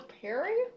Perry